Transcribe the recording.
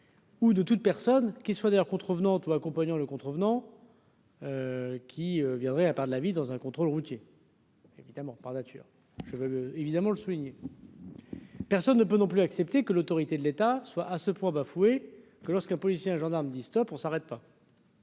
Ou de toute personne qui soit d'ailleurs contrevenante ou accompagnant le contrevenant. Qui viendrait à part de la vie dans un contrôle routier. évidemment, par nature, je vais évidemment le souligner. Personne ne peut non plus accepter que l'autorité de l'État soit à ce point bafoué que lorsqu'un policier, un gendarme dit Stop, on s'arrête pas.